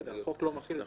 החוק לא מחיל את זה עליהם.